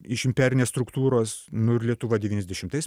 iš imperinės struktūros nu ir lietuva devyniasdešimtais